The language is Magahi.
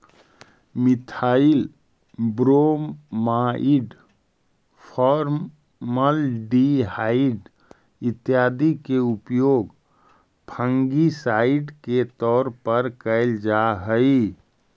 मिथाइल ब्रोमाइड, फॉर्मलडिहाइड इत्यादि के उपयोग फंगिसाइड के तौर पर कैल जा हई